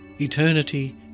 Eternity